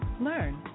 learn